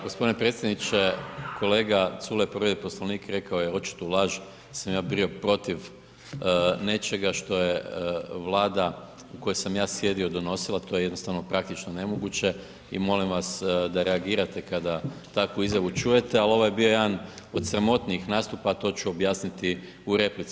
Gospodine predsjedniče, kolega Culej je povrijedio Poslovnik, rekao je očitu laž, da sam ja bio protiv nečega što je Vlada u kojoj sam ja sjedio donosila, to je jednostavno praktično nemoguće i molim vas da reagirate kada takvu izjavu čujete, ali ovo je bio jedan od sramotnijih nastupa ali to ću objasniti u replici.